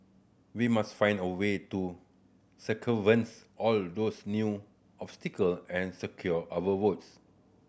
we must find a way to circumvents all those new obstacle and secure our votes